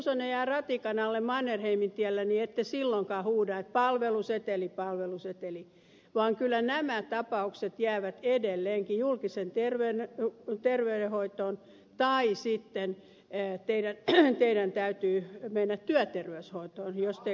tiusanen jää ratikan alle mannerheimintiellä niin ette silloinkaan huuda että palveluseteli palveluseteli vaan kyllä nämä tapaukset jäävät edelleenkin julkiseen terveydenhoitoon tai sitten teidän täytyy mennä työterveyshoitoon jos teillä on semmoinen